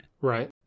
Right